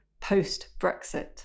post-Brexit